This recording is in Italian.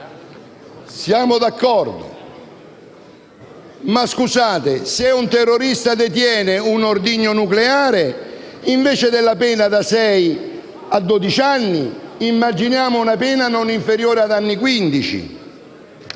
siamo d'accordo. Ma se un terrorista detiene un ordigno nucleare, invece della pena da sei a dodici anni immaginiamo una pena non inferiore ad anni